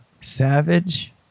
Savage